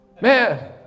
Man